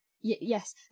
yes